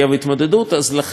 אז לכן במפרץ,